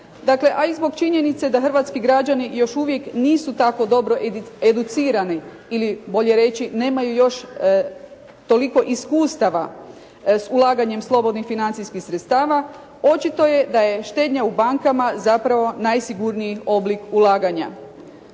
a i zbog činjenice da hrvatski građani još uvijek nisu tako dobro educirani ili bolje reći nemaju još toliko iskustava s ulaganjem slobodnih financijskih sredstava, očito je da je štednja u bankama zapravo najsigurniji oblik ulaganja.